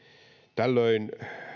tällöin